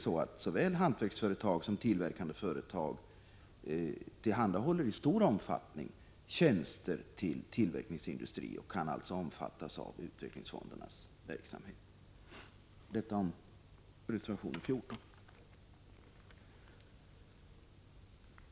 Såväl hantverksföretag som tillverkande företag tillhandahåller i stor omfattning tjänster för tillverkningsindustrin och kan alltså omfattas av utvecklingsfondernas verksamhet.